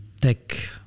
tech